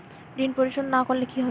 ঋণ পরিশোধ না করলে কি হবে?